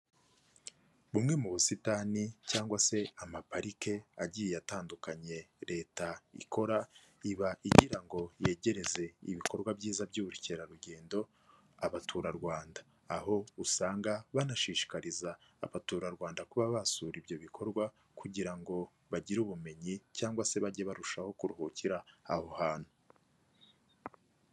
Bumwe mu busitani cyangwa se amaparike agiye atandukanye leta ikora iba igira ngo yegereze ibikorwa byiza by'ubukerarugendo abaturarwanda, aho usanga banashishikariza abaturarwanda kuba basura ibyo bikorwa kugira ngo bagire ubumenyi cyangwa se bajye barushaho kuruhukira aho hantu.